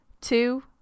two